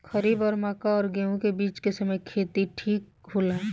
खरीफ और मक्का और गेंहू के बीच के समय खेती ठीक होला?